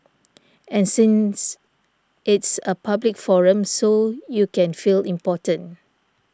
and since it's a public forum so you can feel important